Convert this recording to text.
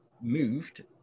moved